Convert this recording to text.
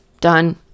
Done